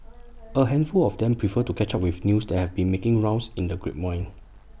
A handful of them prefer to catch up with news that have been making rounds in the grapevine